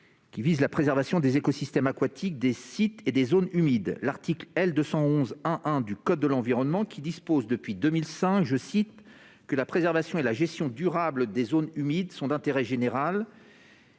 vise la préservation des écosystèmes aquatiques, des sites et des zones humides ; l'article L. 211-1-1 du code de l'environnement dispose, depuis 2005, « que la préservation et la gestion durable des zones humides [...] sont d'intérêt général »,